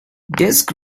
disc